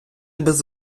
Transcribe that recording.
без